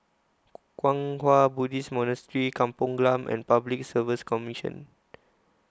Kwang Hua Buddhist Monastery Kampong Glam and Public Service Commission